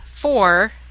four